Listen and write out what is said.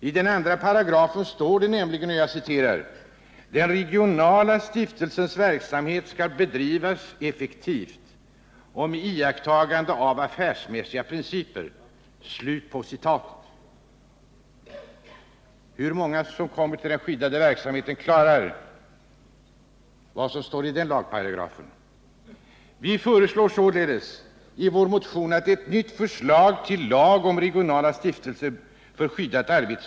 I 2§ står bl.a.: ”Den regionala stiftelsens verksamhet skall bedrivas effektivt och med iakttagande av affärsmässiga principer.” Hur många som kommer till den skyddade verksamheten klarar vad som står i den lagparagrafen? Vi föreslår i vår motion att det utarbetas ett nytt förslag till lag om regionala stiftelser för skyddat arbete.